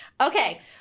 Okay